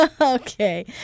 Okay